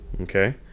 Okay